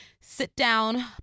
sit-down